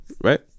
right